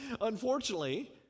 unfortunately